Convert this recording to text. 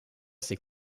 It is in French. ses